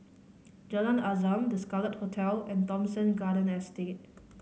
Jalan Azam The Scarlet Hotel and Thomson Garden Estate